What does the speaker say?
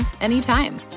anytime